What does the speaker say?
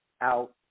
out